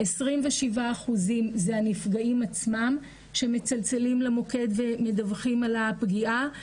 27% זה הנפגעים עצמם שמצלצלים למוקד ומדווחים על הפגיעה,